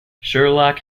sherlock